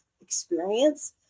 experience